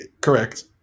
Correct